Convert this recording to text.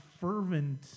fervent